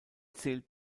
zählt